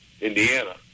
Indiana